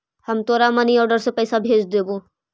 हम तोरा money order से पइसा भेज देबो